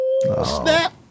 snap